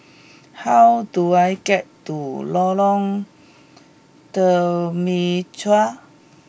how do I get to Lorong Temechut